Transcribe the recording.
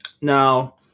Now